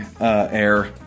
air